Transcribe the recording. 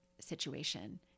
situation